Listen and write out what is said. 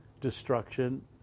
destruction